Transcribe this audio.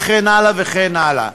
וכן הלאה וכן הלאה.